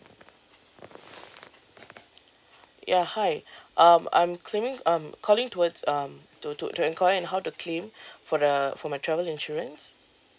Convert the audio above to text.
ya hi um I'm cleaning um calling towards um to to to enquire in how to claim for a for my travel insurance